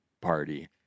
party